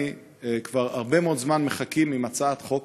כבר הרבה מאוד זמן מחכים עם הצעת חוק